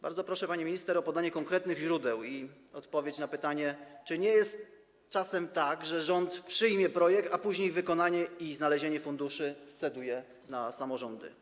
Bardzo proszę, pani minister, o podanie konkretnych źródeł i o odpowiedź na pytanie, czy nie jest czasem tak, że rząd przyjmie projekt, a później wykonanie i wygospodarowanie funduszy sceduje na samorządy.